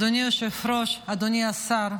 אדוני היושב-ראש, אדוני השר,